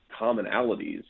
commonalities